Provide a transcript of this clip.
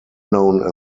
known